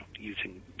using